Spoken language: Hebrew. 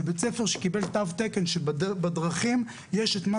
זה בית ספר שקיבל תו תקן שבדרכים יש את מה